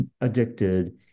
addicted